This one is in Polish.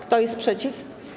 Kto jest przeciw?